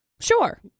Sure